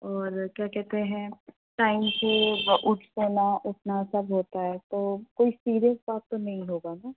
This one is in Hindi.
और क्या कहते हैं टाइम से वा उठ लेना उठना सब होता है तो कोई सीरियस बात तो नहीं होगा न